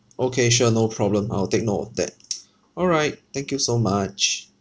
okay sure no problem I will take note of that all right thank you so much